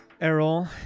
Errol